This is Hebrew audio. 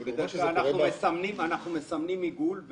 כי בדרך כלל אנחנו מסמנים עיגול.